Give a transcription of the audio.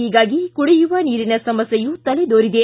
ಹೀಗಾಗಿ ಕುಡಿಯುವ ನೀರಿನ ಸಮಸ್ಕೆಯೂ ತಲೆದೋರಿದೆ